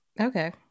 okay